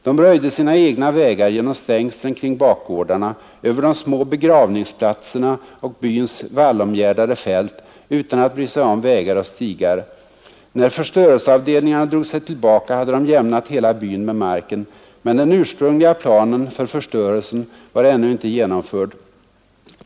De röjde sina egna vägar genom stängslen kring bakgårdarna, över de små begravningsplatserna och byns vallomgärdade fält utan att bry sig om vägar och stigar. När förstörelseavdelningarna drog sig tillbaka hade de jämnat hela byn med marken, men den ursprungliga planen för förstörelsen var ännu inte genomförd.